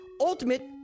ultimate